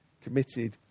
committed